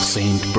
Saint